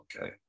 okay